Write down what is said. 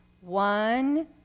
One